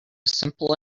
simple